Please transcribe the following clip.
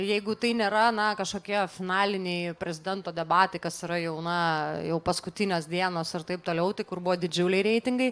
jeigu tai nėra na kažkokie finaliniai prezidento debatai kas yra jau na jau paskutinės dienos ir taip toliau tai kur buvo didžiuliai reitingai